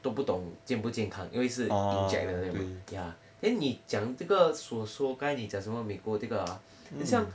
都不懂健不健康因为是 inject 的对吗 ya then 你讲这个所说刚才你讲什么美国这个啊很像